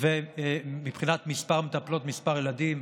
למספר ילדים,